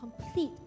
complete